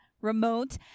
Remote